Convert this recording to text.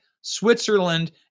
Switzerland